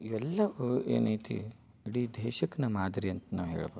ಎಲ್ಲವೂ ಏನು ಐತಿ ಇಡೀ ದೇಶಕ್ನೇ ಮಾದರಿ ಅಂತ ನಾವು ಹೇಳ್ಬೇಕು